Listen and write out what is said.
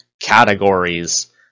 categories